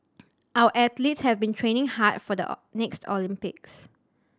our athletes have been training hard for the next Olympics